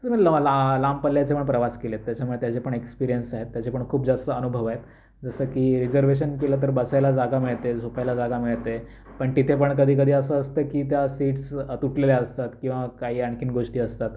लव ला लांब पल्ल्याचे पण प्रवास केले आहेत त्याच्यामुळं त्याचे पण एक्सपेरियन्स आहेत त्याचे पण खूप जास्त अनुभव आहेत जसं की रिझर्व्हशन केलं तर बसायला जागा मिळते झोपायला जागा मिळते पण तिथे पण कधी कधी असं असतं की त्या सीट्स तुटलेल्या असतात किंवा काही आणखी गोष्टी असतात